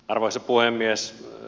arvoisa puhemies